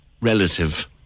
relative